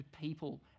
people